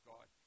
God